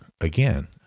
again